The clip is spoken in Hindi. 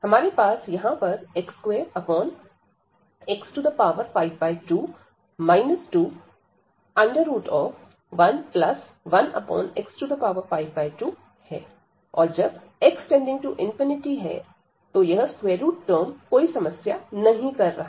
हमारे पास यहां पर x2 x52 2 1 1x52 है और जब x→∞ यह स्क्वेयर रूट टर्म कोई समस्या नहीं कर रहा